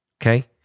Okay